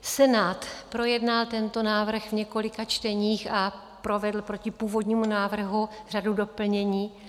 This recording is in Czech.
Senát projednal tento návrh v několika čteních a provedl proti původnímu návrhu řadu doplnění.